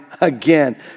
again